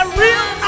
real